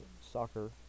soccer